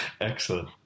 Excellent